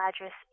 address